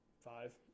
five